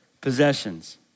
Possessions